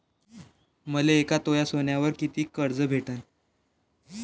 मले एक तोळा सोन्यावर कितीक कर्ज भेटन?